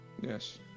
Yes